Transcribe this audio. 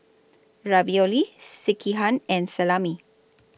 Ravioli Sekihan and Salami